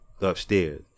upstairs